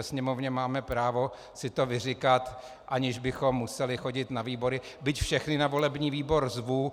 Sněmovně máme právo si to vyříkat, aniž bychom museli chodit na výbory, byť všechny na volební výbor zvu.